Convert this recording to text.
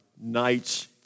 nights